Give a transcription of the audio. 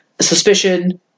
Suspicion